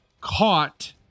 caught